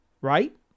right